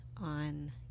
on